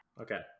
okay